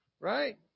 Right